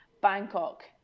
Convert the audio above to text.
Bangkok